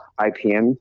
IPM